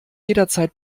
jederzeit